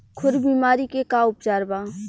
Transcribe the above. खुर बीमारी के का उपचार बा?